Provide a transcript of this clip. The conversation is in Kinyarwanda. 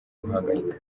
guhangayika